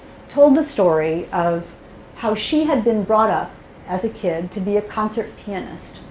told the story of how she had been brought up as a kid to be a concert pianist.